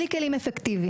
בלי כלים אפקטיביים.